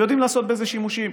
ויודעים לעשות בזה שימושים.